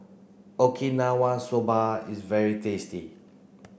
Okinawa Soba is very tasty